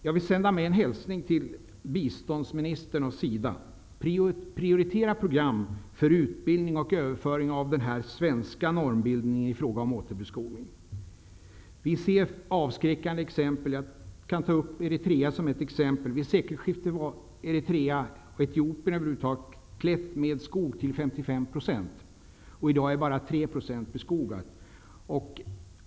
Jag vill sända med en hälsning till biståndsministern och SIDA: Prioritera program för utbildning och överföring av den svenska normbildningen i fråga om återbeskogning! Vi ser avskräckande exempel på hur det kan gå. Jag kan ta upp Eritrea som ett exempel. Vid sekelskiftet var Eritrea och Etiopien över huvud taget till 55 % klätt med skog. I dag är bara 3 % beskogat.